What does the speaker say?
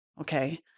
okay